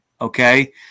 okay